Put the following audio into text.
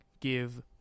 give